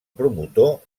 promotor